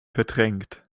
verdrängt